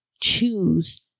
choose